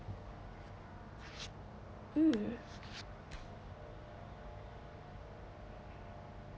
mm